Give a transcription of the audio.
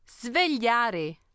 Svegliare